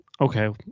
Okay